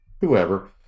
whoever